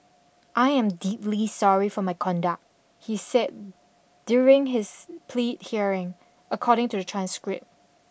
I am deeply sorry for my conduct he said during his plea hearing according to a transcript